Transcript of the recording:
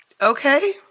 Okay